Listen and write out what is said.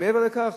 מעבר לכך,